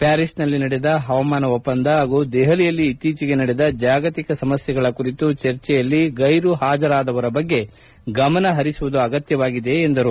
ಪ್ಕಾರೀಸ್ನಲ್ಲಿ ನಡೆದ ಹವಾಮಾನ ಒಪ್ಪಂದ ಹಾಗೂ ದೆಹಲಿಯಲ್ಲಿ ಇತ್ತೀಚೆಗೆ ನಡೆದ ಜಾಗತಿಕ ಸಮಸ್ನೆಗಳ ಕುರಿತು ಚರ್ಚೆಯಲ್ಲಿ ಗ್ರೆರು ಹಾಜರಾದವರ ಬಗ್ಗೆ ಗಮನಪರಿಸುವುದು ಅಗತ್ಯವಾಗಿದೆ ಎಂದರು